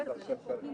בקפסולות